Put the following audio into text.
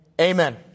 Amen